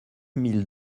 mille